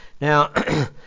Now